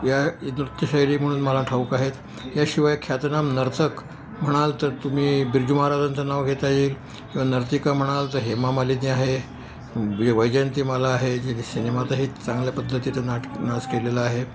या इ नृत्यशैली म्हणून मला ठाऊक आहेत याशिवाय ख्यातनाम नर्तक म्हणाल तर तुम्ही बिर्जु महाराजांचं नाव घेता येईल किंवा नर्तिका म्हणाल तर हेमा मालिनी आहे वैजयंती माला आहे जिने सिनेमातही चांगल्या पद्धतीचा नाट नाच केलेला आहे